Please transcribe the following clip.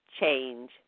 change